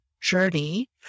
journey